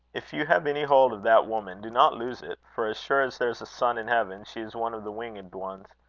if you have any hold of that woman, do not lose it for as sure as there's a sun in heaven, she is one of the winged ones.